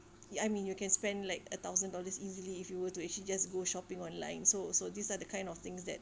ya I mean you can spend like a thousand dollars easily if you were to actually just go shopping online so so these are the kind of things that